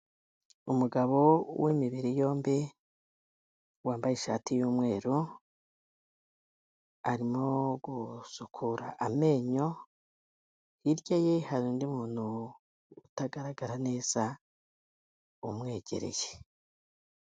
Umugabo w'imibiri yombi, wambaye ishati y'umweru arimo gusukura amenyo, hirya ye hari undi muntu utagaragara neza umwegereye.